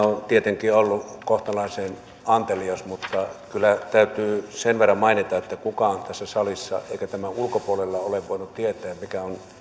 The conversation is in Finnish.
on tietenkin ollut kohtalaisen antelias mutta kyllä täytyy sen verran mainita että kukaan ei tässä salissa eikä tämän ulkopuolella ole voinut tietää mikä on